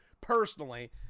personally